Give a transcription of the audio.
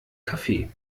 kaffee